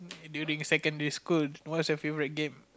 during secondary school what is your favourite game